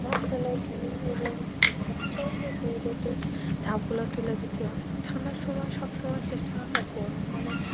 ঝাঁপ ফেলে দিই এবং যখনই রোদ ওঠে ঝাঁপগুলো তুলে দিতে হয় ঠান্ডার সময় সব সময় চেষ্টা করে তার গরম মানে